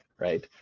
right